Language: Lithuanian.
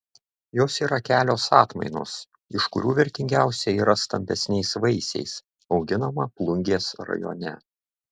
jos yra kelios atmainos iš kurių vertingiausia yra stambesniais vaisiais auginama plungės rajone